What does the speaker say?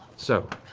so.